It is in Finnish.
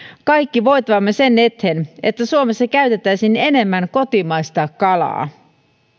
kaikki voitavamme sen eteen että suomessa käytettäisiin enemmän kotimaista kalaa